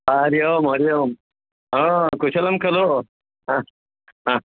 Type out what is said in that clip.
हरिः ओं हरिः ओं ह कुशलं खलु ह ह